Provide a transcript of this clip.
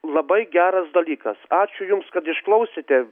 labai geras dalykas ačiū jums kad išklausėte